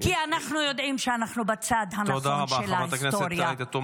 כי אנחנו יודעים שאנחנו בצד הנכון של ההיסטוריה.